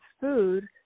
food